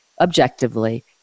objectively